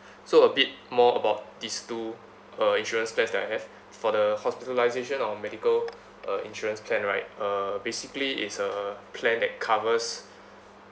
so a bit more about these two uh insurance plans that I have for the hospitalisation or medical uh insurance plan right uh basically it's a plan that covers